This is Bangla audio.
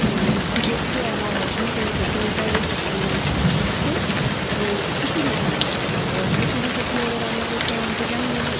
বৃষ্টি পড়ছে আমার হাসবেন্ড এবং শ্বশুর মশাইয়ের মানে ইচ্ছে যে খিচুড়ি খাবে এবার খিচুড়ি তো কিভাবে রান্না করতে হয় আমি তো জানি না